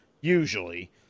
usually